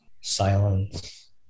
silence